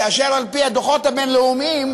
כאשר על-פי הדוחות הבין-לאומיים,